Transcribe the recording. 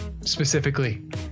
specifically